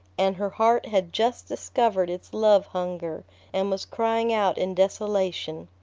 and her heart had just discovered its love-hunger, and was crying out in desolation.